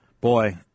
Boy